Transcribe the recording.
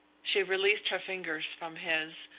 she released her fingers from his,